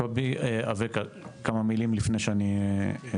קובי אווקה, כמה מילים לפני שאני מסכם.